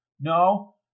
No